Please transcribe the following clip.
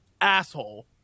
asshole